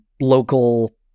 local